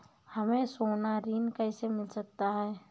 हमें सोना ऋण कैसे मिल सकता है?